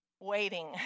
waiting